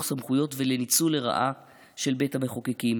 סמכויות ולניצול לרעה של בית המחוקקים.